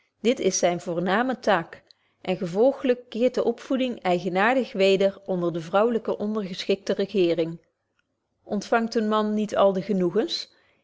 dit is zyn voorname zaak en gevolglyk keert de opvoeding eigenaartig weder onder de vrouwlyke ondergeschikte regeering ontfangt een man niet al de genoegens